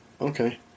Okay